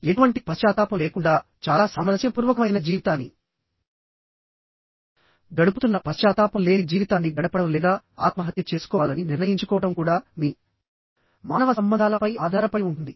ఎటువంటి పశ్చాత్తాపం లేకుండా చాలా సామరస్యపూర్వకమైన జీవితాన్ని గడుపుతున్న పశ్చాత్తాపం లేని జీవితాన్ని గడపడం లేదా ఆత్మహత్య చేసుకోవాలని నిర్ణయించుకోవడం కూడా మీ మానవ సంబంధాలపై ఆధారపడి ఉంటుంది